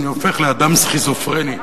אני הופך לאדם סכיזופרני.